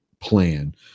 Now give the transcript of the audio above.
plan